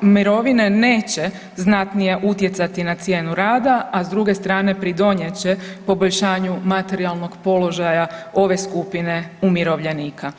mirovine neće znatnije utjecati na cijenu rada, a s druge strane pridonijet će poboljšanju materijalnog položaja ove skupine umirovljenika.